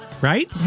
Right